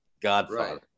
Godfather